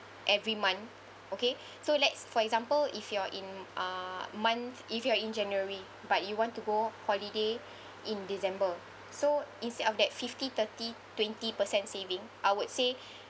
every month okay so let's for example if you are in uh month if you are in january but you want to go holiday in december so instead of that fifty thirty twenty percent saving I would say